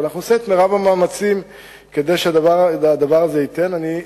אבל אנחנו נעשה את מירב המאמצים כדי שהדבר הזה יתקיים.